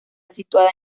situada